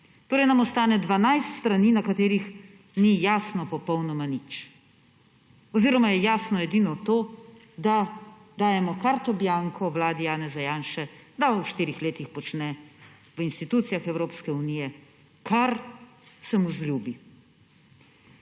Torej nam ostane 12 strani, na katerih ni jasno popolnoma nič oziroma je jasno edino to, da dajemo karto bianko vladi Janeza Janše, da on v štirih letih počne v institucijah Evropske unije, kar se mu zljubi.